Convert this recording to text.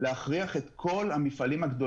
ואסור לעכב חברת חלוקה או כל בעל תשתית,